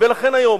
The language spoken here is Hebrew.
לכן היום